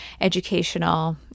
educational